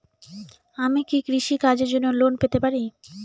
আমি কি কৃষি কাজের জন্য লোন পেতে পারি?